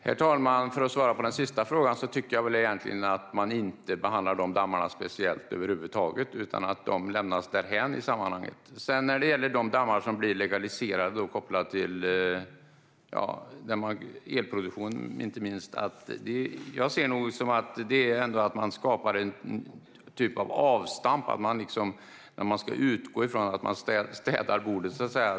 Herr talman! För att svara på den sista frågan tycker jag väl egentligen att man inte behandlar dessa dammar över huvud taget, utan de lämnas därhän i sammanhanget. När det gäller de dammar som blir legaliserade och kopplade till inte minst elproduktion ser jag det som att man skapar en typ av avstamp; man ska utgå från att man städar bordet, så att säga.